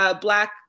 black